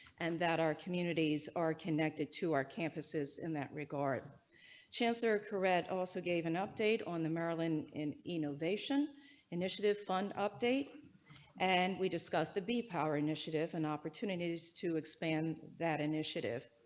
and that our communities are connected to our campuses in that regard chance are correct also gave an update on the maryland and innovation initiative fund update and we discussed the be power initiative and opportunities to expand that initiative.